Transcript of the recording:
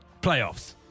Playoffs